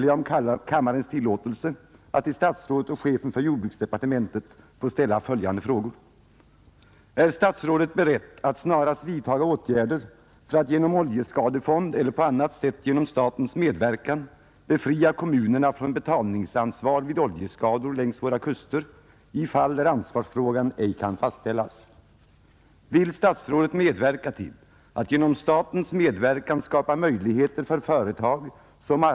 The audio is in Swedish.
Den nuvarande situationen gör att kommunerna i de flesta fall anser sig skyldiga att stå som ekonomiska garanter för destruktionen liksom för att förskottera betalningen i de fall då försäkringsbolaget inte är berett att utan föregående process stå för kostnaden. Det förefaller helt orimligt att en privat destruktionsfirma skall lämna långvariga krediter oftast på obestämd tid av den anledningen, att det inte är möjligt att fastställa det slutgiltiga betalningsansvaret. Det finns naturligtvis olika sätt att komma till rätta med detta förhållande. Man kan t.ex. tänka sig inrättandet av någon form av oljeskadefond, vars uppgift skulle vara att stå för den omedelbara kostnaden i samband med oljeskador, med möjlighet att i andra hand utkräva ersättning av den som förorsakat skadan.